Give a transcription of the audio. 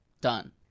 Done